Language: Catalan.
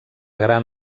gran